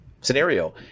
scenario